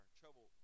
trouble